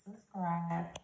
subscribe